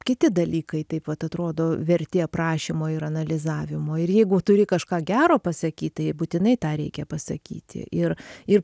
kiti dalykai taip vat atrodo verti aprašymo ir analizavimo ir jeigu turi kažką gero pasakyt tai būtinai tą reikia pasakyti ir ir